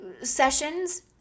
sessions